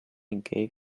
gave